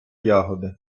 ягоди